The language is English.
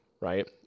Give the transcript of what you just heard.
right